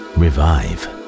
revive